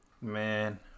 Man